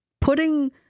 putting